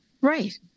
Right